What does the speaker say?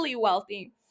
wealthy